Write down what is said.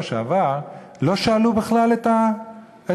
מהשבוע שעבר לא שאלו בכלל את הנפגע,